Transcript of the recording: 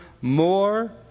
more